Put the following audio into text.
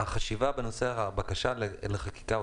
בעניין החשיבה בנושא הבקשה לחקיקה או